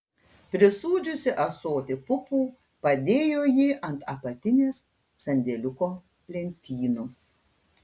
prisūdžiusi ąsotį pupų padėjo jį ant apatinės sandėliuko lentynos